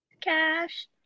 cash